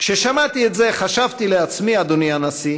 כששמעתי את זה חשבתי לעצמי, אדוני הנשיא,